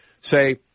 say